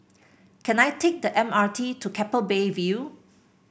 can I take the M R T to Keppel Bay View